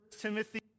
Timothy